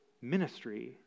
ministry